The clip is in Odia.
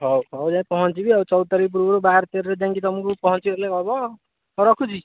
ହଉ ହଉ ଯାଇ ପହଞ୍ଚିବି ଆଉ ଚଉଦ ତାରିକ୍ ପୂର୍ବରୁ ବାର ତେରରେ ଯାଇଁକି ତମକୁ ପହଞ୍ଚେଇଲେ ହେବ ଆଉ ହଉ ରଖୁଛି